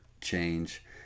change